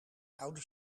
oude